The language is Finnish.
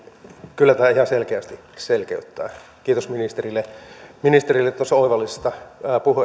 kyllä tämä ihan selkeästi selkeyttää kiitos ministerille ministerille tuosta oivallisesta